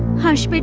harsh! but